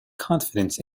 confidence